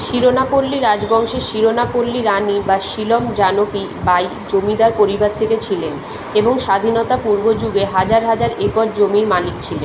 সিরনাপল্লি রাজবংশের সিরনাপল্লি রানি বা সিলম জানকী বাঈ জমিদার পরিবার থেকে ছিলেন এবং স্বাধীনতা পূর্ব যুগে হাজার হাজার একর জমির মালিক ছিলেন